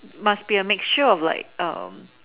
must be a mixture of like um